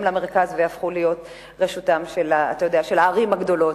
למרכז ויהפכו להיות רשותן של הערים הגדולות,